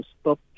stop